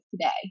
today